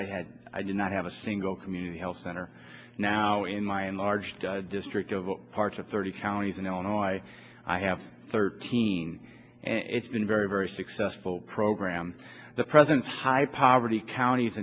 i had i do not have a single community health center now in my enlarged district of parts of thirty counties and i don't know i i have thirteen and it's been very very successful program the president's high poverty counties